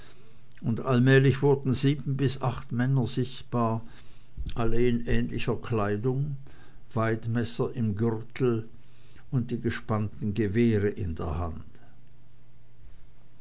und allmählich wurden sieben bis acht männer sichtbar alle in ähnlicher kleidung weidmesser im gürtel und die gespannten gewehre in der hand